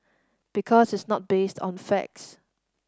because it's not based on facts